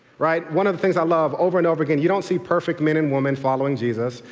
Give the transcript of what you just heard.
right, one of the things i love over and over again, you don't see perfect men and women following jesus.